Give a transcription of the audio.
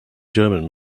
german